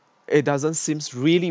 it doesn't seems really